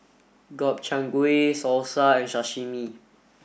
Gobchang Gui Salsa and Sashimi